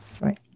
Right